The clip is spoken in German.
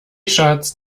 schatz